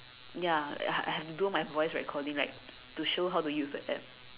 ya I I have to do my voice recording like to show how to use the App